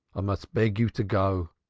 i must beg you to go.